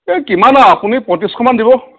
এই কিমান আৰু আপুনি পঁয়ত্ৰিশ মান দিব